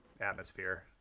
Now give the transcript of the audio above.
atmosphere